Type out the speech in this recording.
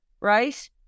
right